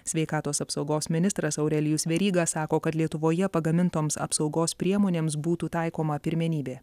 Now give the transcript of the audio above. sveikatos apsaugos ministras aurelijus veryga sako kad lietuvoje pagamintoms apsaugos priemonėms būtų taikoma pirmenybė